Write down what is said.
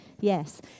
Yes